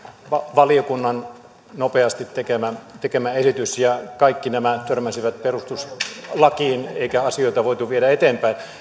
valiokunnan nopeasti tekemä esitys ja kaikki nämä törmäsivät perustuslakiin eikä asioita voitu viedä eteenpäin